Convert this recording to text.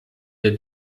der